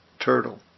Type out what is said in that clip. Turtle